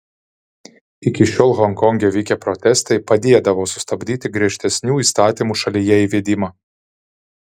iki šiol honkonge vykę protestai padėdavo sustabdyti griežtesnių įstatymų šalyje įvedimą